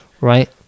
Right